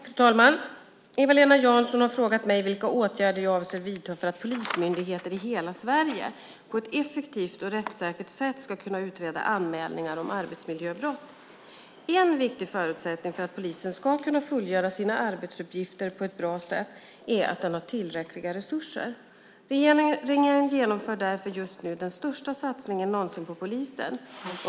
Fru talman! Eva-Lena Jansson har frågat mig vilka åtgärder jag avser att vidta för att polismyndigheter i hela Sverige på ett effektivt och rättssäkert sätt ska kunna utreda anmälningar om arbetsmiljöbrott. En viktig förutsättning för att polisen ska kunna fullgöra sina arbetsuppgifter på ett bra sätt är att den har tillräckliga resurser. Regeringen genomför därför just nu den största satsningen någonsin på polisen.